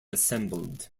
assembled